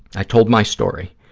i told my story,